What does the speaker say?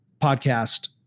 podcast